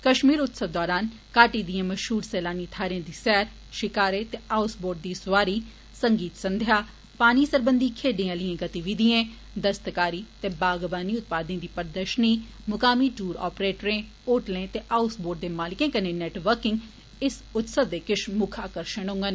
कश्मीर उत्सव दौरान घाटी दिए मशहूर सैलानी थाहरें दी सैर शिकारें ते हाऊसबोटे दी सौआरी संगीत संघ्या पानी सरबंधी खड्डे आहलिए गतिविधिए दस्तकारी ते बागवानी उत्पादें दी प्रदर्शनी मुकामी दूर आपरेटरें होटल ते हाऊसवोट दे मालके कन्नै नेटवर्किंग इस उत्सव दे किश मुक्ख आर्कषण होंगन